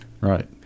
Right